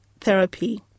Therapy